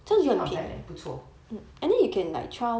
actually not bad leh 不错